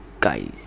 guys